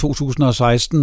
2016